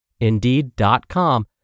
Indeed.com